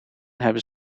hebben